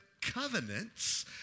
covenants